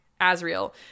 Asriel